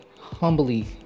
humbly